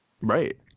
Right